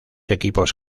equipos